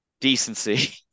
decency